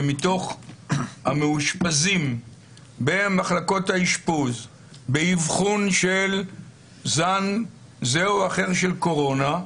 שמתוך המאושפזים במחלקות האשפוז באבחון של זן זה או אחר של קורונה,